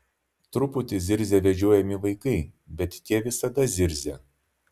truputį zirzia vežiojami vaikai bet tie visada zirzia